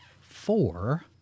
four